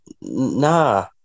nah